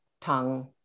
tongue